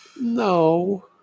No